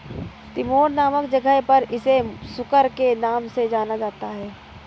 Timor नामक जगह पर इसे सुकर के नाम से जाना जाता है